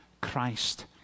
Christ